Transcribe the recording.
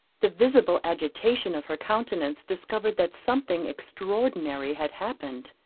the visible agitation of her countenance discovered that something extraordinary had happened.